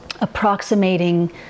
approximating